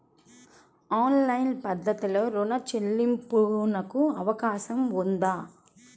Online పద్ధతిలో రుణ చెల్లింపునకు అవకాశం ఉందా?